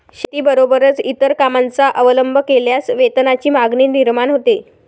शेतीबरोबरच इतर कामांचा अवलंब केल्यास वेतनाची मागणी निर्माण होते